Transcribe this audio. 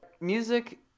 music